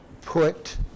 put